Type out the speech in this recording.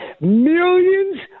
millions